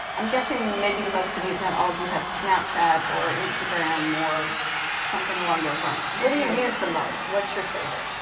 i'm guessing maybe most of you if not all of you have snapchat, or instagram, or something along those lines. what do you use the most? what's your favorite?